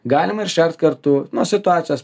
galima ir šert kartu nuo situacijos